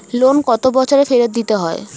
Loan কত বছরে ফেরত দিতে হয়?